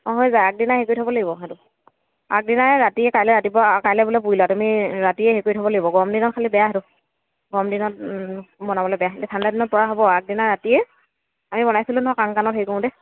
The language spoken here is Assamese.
অঁ হৈ যায় আগদিনা হেৰি কৰি থ'ব লাগিব সেইটো আগদিনাই ৰাতি কাইলৈ ৰাতিপুৱা কাইলৈ বোলে পুৰিলা তুমি ৰাতিয়েই হেৰি কৰি থ'ব লাগিব গৰম দিনত খালী বেয়া সেইটো গৰম দিনত বনাবলৈ বেয়া ইনেই ঠাণ্ডা দিনত পৰা হ'ব আগদিনা ৰাতিয়ে আমি বনাইছিলোঁ নহয় কাংকানত হেৰি কৰোঁতে